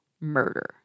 murder